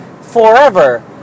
forever